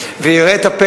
וימצא את הניירות,